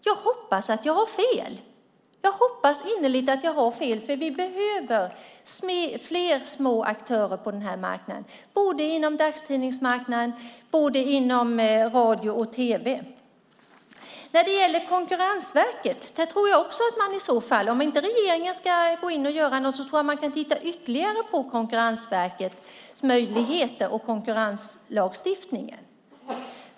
Jag hoppas att jag har fel, för vi behöver fler små aktörer på de här marknaderna, både på dagstidningsmarknaden och inom radio och tv. Om inte regeringen ska gå in och göra något tror jag att man kan titta ytterligare på Konkurrensverkets möjligheter och konkurrenslagstiftningen.